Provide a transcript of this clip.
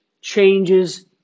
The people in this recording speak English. changes